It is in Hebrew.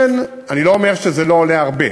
אני לא אומר שזה לא עולה הרבה,